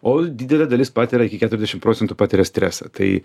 o didelė dalis patiria iki keturiasdešim procentų patiria stresą tai